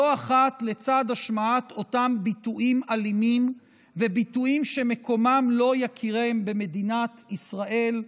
לצד השמעת אותם ביטויים אלימים וביטויים שמקומם לא יכירם במדינת ישראל,